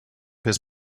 his